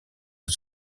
aux